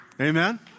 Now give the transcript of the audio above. Amen